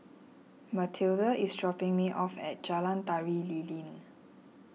Matilda is dropping me off at Jalan Tari Lilin